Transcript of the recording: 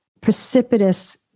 precipitous